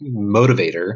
motivator